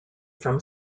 from